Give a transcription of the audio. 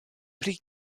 pri